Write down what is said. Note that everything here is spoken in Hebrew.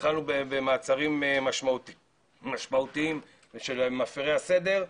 והתחלנו במעצרים משמעותיים של מפרי הסדר,